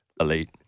Elite